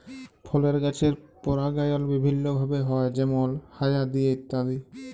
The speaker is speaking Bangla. ফলের গাছের পরাগায়ল বিভিল্য ভাবে হ্যয় যেমল হায়া দিয়ে ইত্যাদি